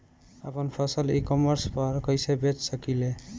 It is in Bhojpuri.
आपन फसल ई कॉमर्स पर कईसे बेच सकिले?